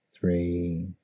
three